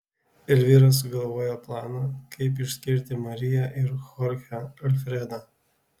elvyra sugalvoja planą kaip išskirti mariją ir chorchę alfredą